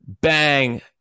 Bang